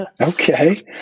Okay